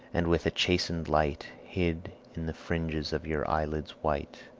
and with a chasten'd light hid in the fringes of your eyelids white,